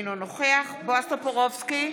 אינו נוכח בועז טופורובסקי,